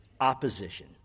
Opposition